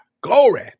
Glory